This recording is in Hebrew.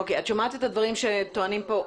את שומעת את הדברים שנאמרים פה.